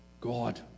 God